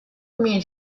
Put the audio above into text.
mean